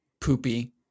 poopy